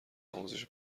آموزش